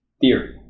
theory